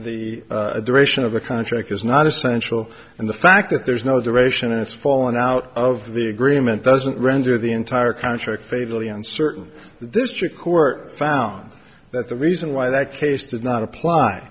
that the duration of the contract is not essential and the fact that there's no duration and it's fallen out of the agreement doesn't render the entire contract fatally uncertain the district court found that the reason why that case did not apply